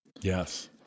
Yes